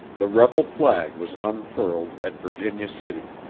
the rebel flag was unfurled at virginia city.